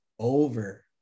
Over